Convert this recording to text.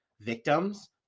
victims